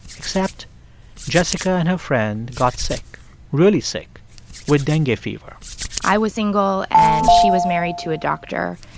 except jessica and her friend got sick really sick with dengue fever i was single, and she was married to a doctor.